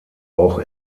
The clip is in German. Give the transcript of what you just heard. auch